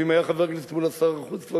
ואם חבר הכנסת מולה היה שר החוץ כבר